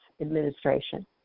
administration